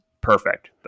perfect